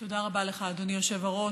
תודה רבה לך, אדוני היושב-ראש.